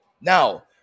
Now